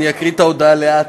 אני אקריא את ההודעה לאט,